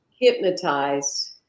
hypnotized